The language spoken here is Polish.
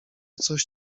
coś